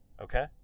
okay